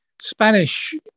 Spanish